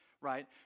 right